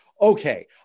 Okay